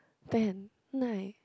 ten nine